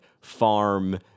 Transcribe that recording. farm